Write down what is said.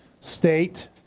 state